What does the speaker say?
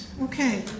Okay